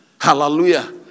Hallelujah